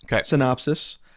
Synopsis